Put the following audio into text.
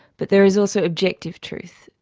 but there is also objective truth,